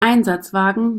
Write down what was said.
einsatzwagen